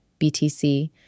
BTC